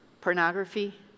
pornography